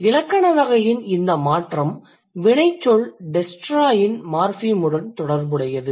இலக்கண வகையின் இந்த மாற்றம் வினைச்சொல் destroyயின் மார்ஃபிமுடன் தொடர்புடையது